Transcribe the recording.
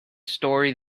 story